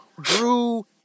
drew